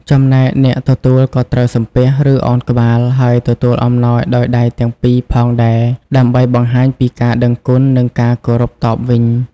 ចំណែកអ្នកទទួលក៏ត្រូវសំពះ ឬឱនក្បាល ហើយទទួលអំណោយដោយដៃទាំងពីរផងដែរ ដើម្បីបង្ហាញពីការដឹងគុណ និងការគោរពតបវិញ។